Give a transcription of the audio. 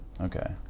Okay